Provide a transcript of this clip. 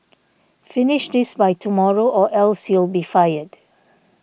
finish this by tomorrow or else you'll be fired